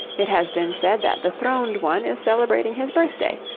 it has been said that the throned one is celebrating his birthday,